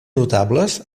notables